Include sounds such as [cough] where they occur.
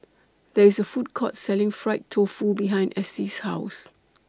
There IS A Food Court Selling Fried Tofu behind Essie's House [noise]